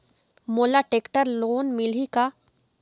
मोला tractor loan मिलही का?